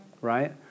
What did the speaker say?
right